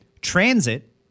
transit